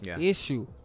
Issue